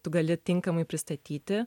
tu gali tinkamai pristatyti